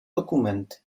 dokumenty